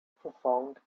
profound